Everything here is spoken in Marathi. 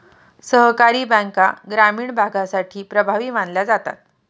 सहकारी बँका ग्रामीण भागासाठी प्रभावी मानल्या जातात